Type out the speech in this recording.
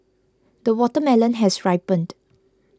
the watermelon has ripened